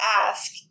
ask